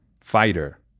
fighter